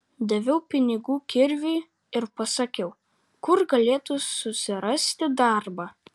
daviau pinigų kirviui ir pasakiau kur galėtų susirasti darbą